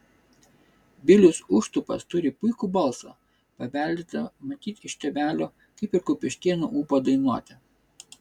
vilius užtupas turi puikų balsą paveldėtą matyt iš tėvelio kaip ir kupiškėnų ūpą dainuoti